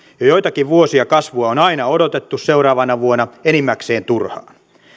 jo joitakin vuosia kasvua on aina odotettu seuraavana vuonna enimmäkseen turhaan